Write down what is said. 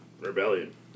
Rebellion